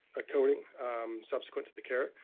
coding subsequent to the carrot,